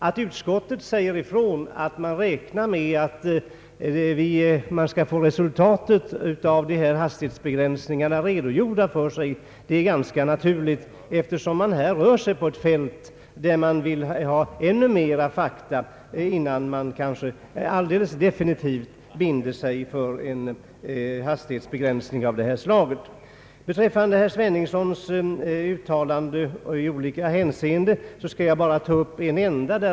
Att utskottet räknar med att få resultaten av försöken redovisade för sig är ganska naturligt, eftersom det här rör sig om ett fält där det behövs ännu mera fakta, innan man kanske alldeles definitivt bestämmer sig för en hastighetsbegränsning av det här slaget. Av herr Sveningssons uttalanden i olika hänseenden skall jag ta upp ett enda.